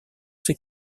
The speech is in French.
ces